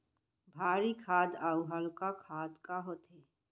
भारी खाद अऊ हल्का खाद का होथे?